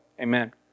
Amen